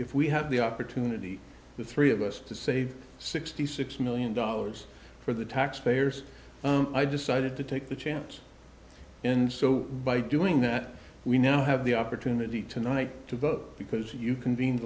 if we have the opportunity the three of us to save sixty six million dollars for the taxpayers i decided to take the chance and so by doing that we now have the opportunity tonight to vote because you c